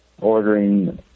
ordering